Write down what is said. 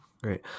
Great